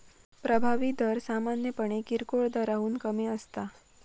प्रभावी दर सामान्यपणे किरकोळ दराहून कमी असता